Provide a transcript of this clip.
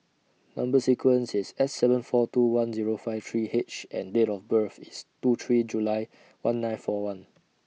Number sequence IS S seven four two one Zero five three H and Date of birth IS two three July one nine four one